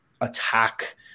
attack